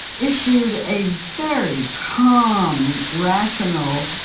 issued a very calm, rational,